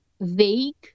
vague